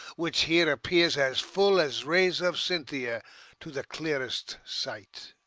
which here appears as full as rays of cynthia to the clearest sight?